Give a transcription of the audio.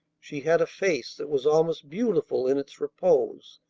she had a face that was almost beautiful in its repose,